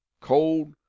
cold